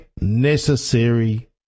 necessary